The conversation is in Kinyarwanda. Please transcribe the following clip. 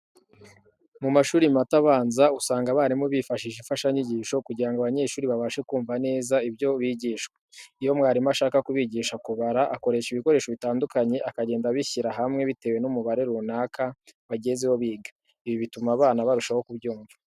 Mu mashuri mato abanza, usanga abarimu bifashisha imfashanyigisho kugira ngo abanyeshuri babashe kumva neza ibyo bigishwa. Iyo mwarimu ashaka kubigisha kubara, akoresha ibikoresho bitandukanye akagenda abishyira hamwe bitewe n'umubare runaka bagezeho biga, ibi bituma abana barushaho ku byumva.